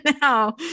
now